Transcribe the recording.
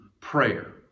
prayer